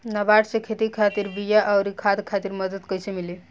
नाबार्ड से खेती खातिर बीया आउर खाद खातिर मदद कइसे मिली?